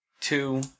two